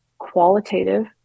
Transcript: qualitative